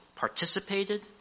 Participated